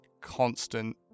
constant